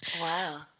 Wow